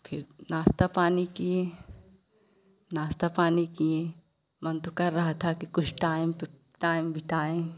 फिर नाश्ता पानी किए नाश्ता पानी किए मन तो कर रहा था कि कुछ टाएम तो टाएम बिताए